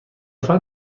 نفر